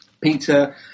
Peter